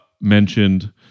mentioned